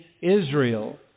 Israel